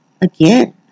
Again